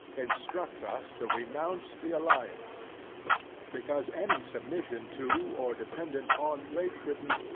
instruct us to renounce the alliance because, any submission to, or dependance on great britain,